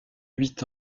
huit